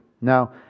Now